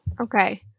Okay